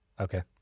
Okay